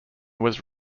was